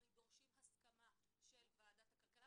אנחנו רואים את זה גם בהגבלים עסקיים ובעוד כל מיני דברים כאלה.